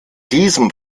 diesem